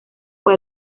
fue